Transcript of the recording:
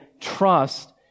trust